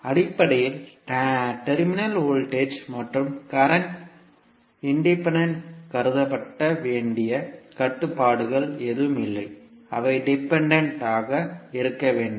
அடிப்படையில் terminal voltage மற்றும் current independent கருதப்பட வேண்டிய கட்டுப்பாடுகள் எதுவும் இல்லை அவை டிபெண்டன்ட் ஆக இருக்க வேண்டும்